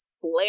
flare